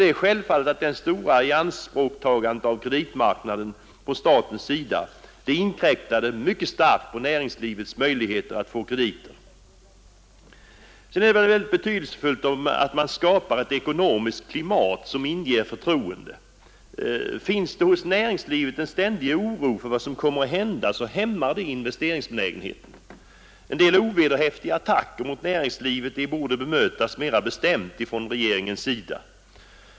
Det är självfallet att detta stora ianspråktagande av kreditmarknaden från statens sida inkräktade mycket starkt på näringslivets möjligheter att få krediter. Det är mycket betydelsefullt att man skapar ett ekonomiskt klimat som inger förtroende. Finns det hos näringslivet en ständig oro för vad som kommer att hända, så hämmar detta investeringsbenägenheten. En del ovederhäftiga attacker mot näringslivet borde bemötas mera bestämt från regeringens sida.